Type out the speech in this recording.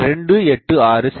286 செ